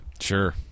Sure